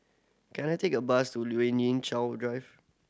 can I take a bus to Lien Ying Chow Drive